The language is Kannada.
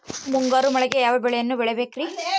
ಮುಂಗಾರು ಮಳೆಗೆ ಯಾವ ಬೆಳೆಯನ್ನು ಬೆಳಿಬೇಕ್ರಿ?